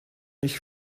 ich